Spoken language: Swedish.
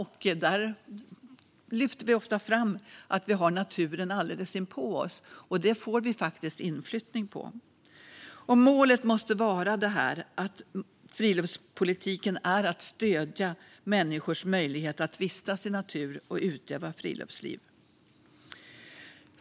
Vi lyfter ofta fram att vi har naturen alldeles inpå oss, och det får vi faktiskt inflyttning på. Målet för friluftspolitiken måste vara att stödja människors möjlighet att vistas i naturen och utöva friluftsliv.